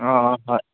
অঁ অঁ হয়